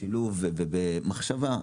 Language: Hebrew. בשילוב ובמחשבה.